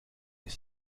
les